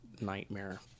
Nightmare